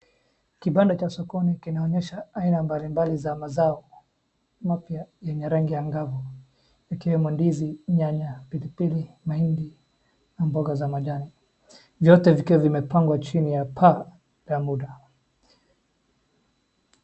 Kibanda cha sokoni kinaonyesha aina mbalimbali za mazao mapya yenye rangi angavu ikiwemo ndizi, nyanya, pilipili, mahindi na mboga za majani vyote vikiwa vimepangwa chini ya paa la duka.